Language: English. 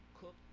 cook